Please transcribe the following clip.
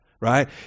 right